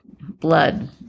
blood